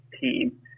team